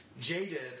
jaded